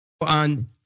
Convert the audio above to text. on